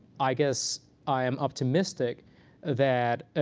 i guess i am optimistic that